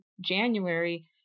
January